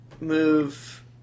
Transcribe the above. move